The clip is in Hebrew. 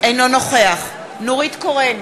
אינו נוכח נורית קורן,